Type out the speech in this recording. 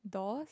dolls